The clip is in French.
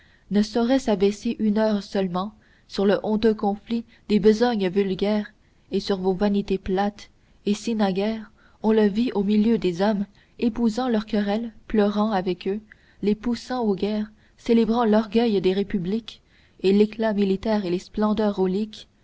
ne sauraient s'abaisser une heure seulement sur le honteux conflit des besognes vulgaires et sur vos vanités plates et si naguères on le vit au milieu des hommes épousant leurs querelles pleurant avec eux les poussant aux guerres célébrant l'orgueil des républiques et l'éclat militaire et les splendeurs auliques